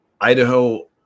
Idaho